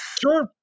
Sure